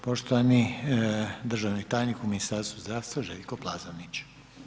Poštovani državni tajnik u Ministarstvu zdravstva Željko Plazonić.